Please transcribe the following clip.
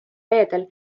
reedel